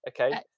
okay